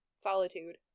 solitude